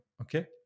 okay